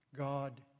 God